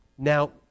Now